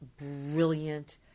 brilliant